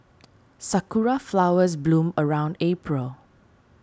sakura flowers bloom around April